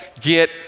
get